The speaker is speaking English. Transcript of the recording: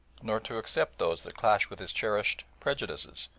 nor to accept those that clash with his cherished prejudices,